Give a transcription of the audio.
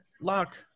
lock